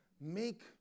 Make